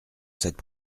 cette